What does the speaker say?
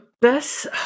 best